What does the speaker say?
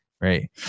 right